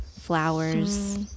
flowers